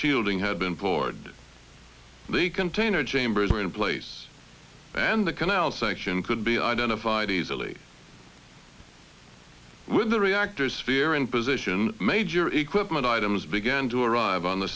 shielding had been poured the container chambers were in place and the canal section could be identified easily with the reactors fear and position major equipment items began to arrive on the